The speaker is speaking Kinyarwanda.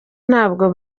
ntabwo